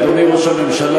אדוני ראש הממשלה,